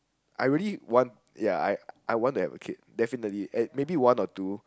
I really want ya I I want to have a kid definitely and maybe one or two